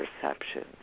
perception